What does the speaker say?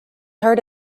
heard